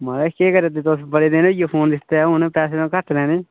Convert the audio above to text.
महाराज केह् करै दे तुस बड़े दिन होई गेआ फोन दित्ते दे हून पैसे घट्ट लैने